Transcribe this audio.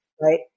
right